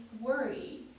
worry